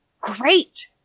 Great